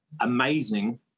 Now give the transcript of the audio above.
amazing